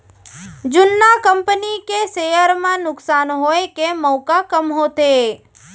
जुन्ना कंपनी के सेयर म नुकसान होए के मउका कम होथे